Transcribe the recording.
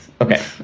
Okay